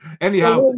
anyhow